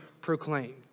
proclaimed